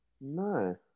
No